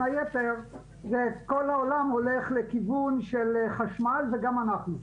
היתר כל העולם הולך לכיוון של חשמל וגם אנחנו.